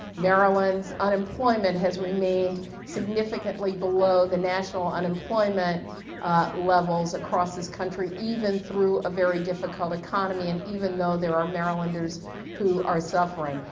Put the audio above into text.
maryland's unemployment has remained significantly below the national unemployment levels across this country even through a very difficult economy and even though there are marylanders who are suffering.